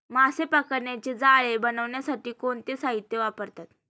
मासे पकडण्याचे जाळे बनवण्यासाठी कोणते साहीत्य वापरतात?